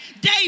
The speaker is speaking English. day